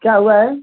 क्या हुआ है